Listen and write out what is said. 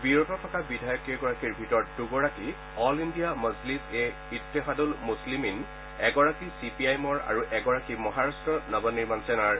বিৰত থকা বিধায়ককেইগৰাকীৰ ভিতৰত দুগৰাকী অল ইণ্ডিয়া মজলিছ এ ইট্টেহাদুল মুছলিমিন এগৰাকী চি পি আই এমৰ আৰু এগৰাকী মহাৰট্ট নৱ নিৰ্মাণ সেনাৰ